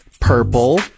Purple